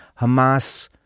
Hamas